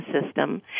system